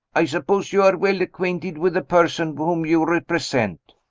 i suppose you are well acquainted with the person whom you represent?